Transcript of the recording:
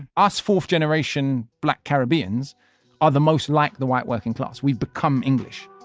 us fourth generation black caribbeans are the most like the white working class. we've become english